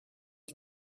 die